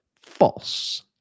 False